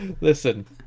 listen